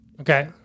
Okay